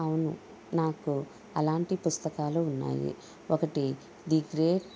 అవును నాకు అలాంటి పుస్తకాలు ఉన్నాయి ఒకటి ది గ్రేట్